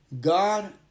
God